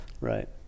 right